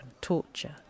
torture